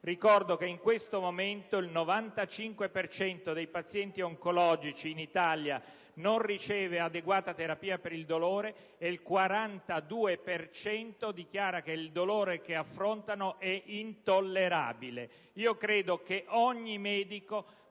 Ricordo che in questo momento il 95 per cento dei pazienti oncologici in Italia non riceve adeguata terapia per il dolore e il 42 per cento dichiara che il dolore che affrontano è intollerabile. Io credo che ogni medico